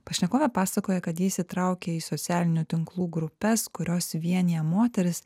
pašnekovė pasakoja kad ji įsitraukė į socialinių tinklų grupes kurios vienija moteris